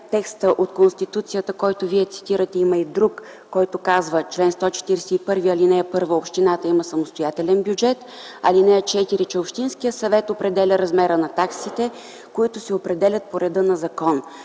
текста от Конституцията, който вие цитирате, има и друг – на чл. 141, ал. 1, който казва, че общината има самостоятелен бюджет, а ал. 4 казва, че общинският съвет определя размера на таксите, които се определят по реда на закон.